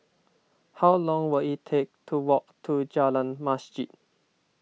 how long will it take to walk to Jalan Masjid